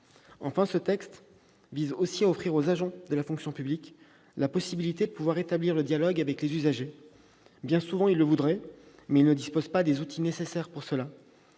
Enfin, ce texte vise aussi à offrir aux agents de la fonction publique la possibilité d'établir le dialogue avec les usagers. Bien souvent, ils le voudraient, mais ils ne disposent pas des outils pour cela.